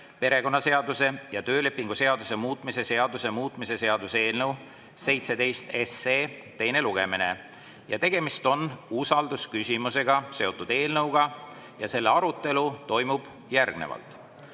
perekonnaseaduse ja töölepingu seaduse muutmise seaduse muutmise seaduse eelnõu 17 teine lugemine. Tegemist on usaldusküsimusega seotud eelnõuga ja selle arutelu toimub järgnevalt.